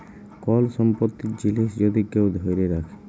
call সম্পত্তির জিলিস যদি কেউ ধ্যইরে রাখে